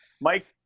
Mike